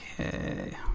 Okay